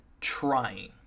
trying